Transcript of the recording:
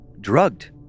Drugged